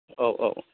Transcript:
औ औ